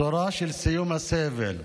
בשורה של סיום הסבל.